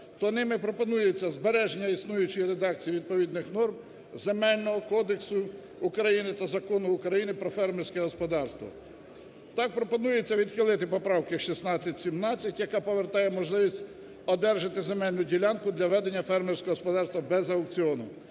то ними пропонується збереження існуючої редакції відповідних норм Земельного кодексу України та Закону України "Про фермерське господарство". Так, пропонується відхилити поправки 16, 17, яка повертає можливість одержати земельну ділянку для ведення фермерського господарства без аукціону.